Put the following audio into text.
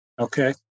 okay